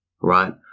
right